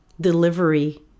delivery